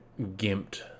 gimped